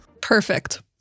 Perfect